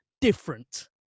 different